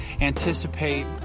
anticipate